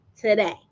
today